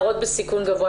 בסיכון?